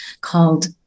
called